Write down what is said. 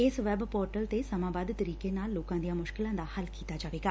ਇਸ web portal ਤੇ ਸਮਾਬੋਧ ਤਰੀਕੇ ਨਾਲ ਲੋਕਾਂ ਦੀਆਂ ਮੁਸ਼ਕਲਾਂ ਦਾ ਹੱਲ ਕੀਤਾ ਜਾਵੇਗਾ